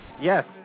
Yes